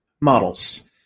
Models